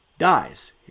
dies